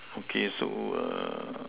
okay so err